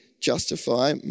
justify